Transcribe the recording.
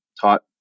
taught